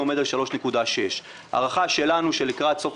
עומד על 3.6%. הערכה שלנו שלקראת סוף